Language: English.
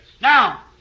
Now